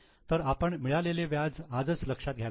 तर आपण मिळालेले व्याज आजच लक्षात घ्यायला हवे